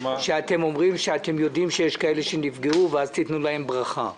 שאתם אומרים שאתם יודעים שיש כאלה שנפגעו ואז תיתנו להם ברכה.